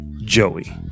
Joey